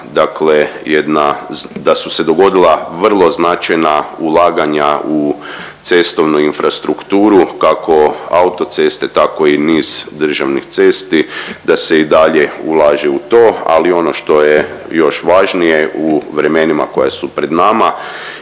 jedna, da su se dogodila vrlo značajna ulaganja u cestovnu infrastrukturu kako autoceste, tako i niz državnih cesti, da se i dalje ulaže u to. Ali ono što je još važnije u vremenima koja su pred nama